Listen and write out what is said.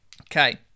Okay